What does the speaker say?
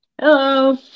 Hello